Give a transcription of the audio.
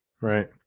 Right